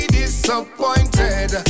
disappointed